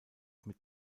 mit